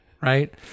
right